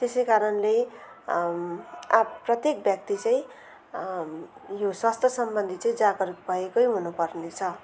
त्यसै कारणले प्रत्येक व्यक्ति न यो स्वास्थ्यसम्बन्धी चाहिँ जागरुक भएकै हुनुपर्ने छ